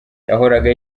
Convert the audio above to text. yahoraga